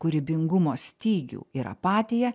kūrybingumo stygių ir apatiją